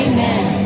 Amen